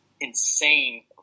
insane